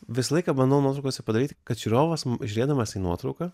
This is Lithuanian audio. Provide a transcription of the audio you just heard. visą laiką bandau nuotraukose padaryti kad žiūrovas žiūrėdamas į nuotrauką